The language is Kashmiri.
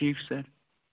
ٹھیٖک چھُ سر